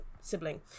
sibling